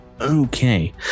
Okay